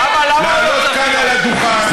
לעלות כאן על הדוכן,